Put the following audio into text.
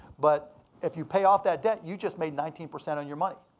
but if you pay off that debt, you just made nineteen percent on your money.